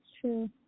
true